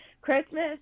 Christmas